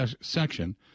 section